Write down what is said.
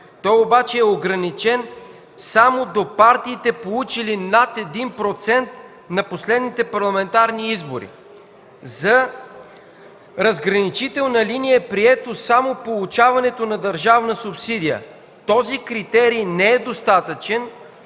Той обаче е ограничен само до партиите, получили над 1% на последните парламентарни избори. За разграничителна линия е прието само получаването на държавна субсидия. Този критерий не е достатъчен.